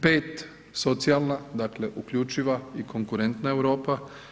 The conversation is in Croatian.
Pet, socijalna dakle uključiva i konkurentna Europa.